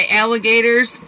alligators